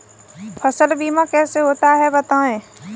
फसल बीमा कैसे होता है बताएँ?